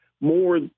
more